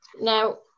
Now